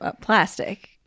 plastic